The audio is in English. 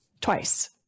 twice